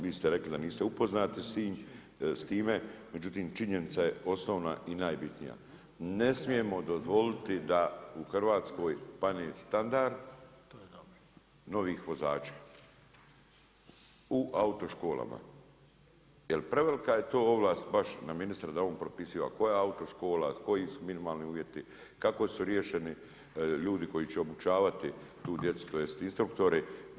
Vi ste rekli da niste upoznati s time, međutim činjenica je osnovna i najbitnija, ne smijemo dozvoliti da u Hrvatskoj padne standard novih vozača u autoškolama jer prevelika je to ovlast baš na ministra baš da on propisuje koja autoškola, koji su minimalni uvjeti, kako su riješeni ljudi koji će obučavati tu djecu, tj., instruktore.